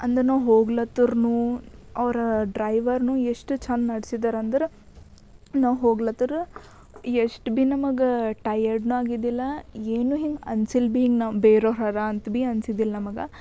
ಅಂದ್ರೆ ನಾವು ಹೋಗ್ಲತ್ತರ್ನೂ ಅವರು ಡ್ರೈವರ್ನು ಎಷ್ಟು ಚೆಂದ ನಡೆಸಿದ್ದರಂದ್ರೆ ನಾವು ಹೋಗ್ಲತ್ತರ ಎಷ್ಟು ಭೀ ನಮಗೆ ಟಯರ್ಡ್ನ ಆಗಿದಿಲ್ಲ ಏನು ಹಿಂಗೆ ಅನ್ಸಿಲ್ಲ ಭೀ ಹಿಂಗ ನಾವು ಬೇರೋರು ಹರ ಅಂತ ಭೀ ಅನಿಸಿದ್ದಿಲ್ಲ ನಮಗ